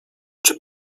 czy